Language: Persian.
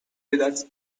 بدست